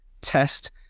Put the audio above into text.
test